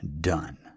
done